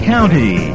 County